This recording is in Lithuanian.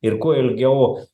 ir kuo ilgiau